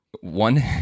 One